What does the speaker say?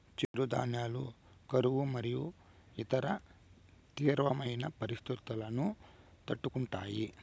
చిరుధాన్యాలు కరువు మరియు ఇతర తీవ్రమైన పరిస్తితులను తట్టుకుంటాయి